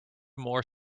more